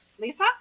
Lisa